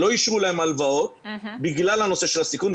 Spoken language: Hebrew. שלא אישרו להם הלוואות בגלל הנושא של הסיכון.